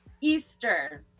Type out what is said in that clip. Easter